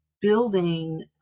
building